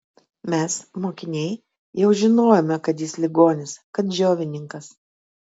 mes mokiniai jau žinojome kad jis ligonis kad džiovininkas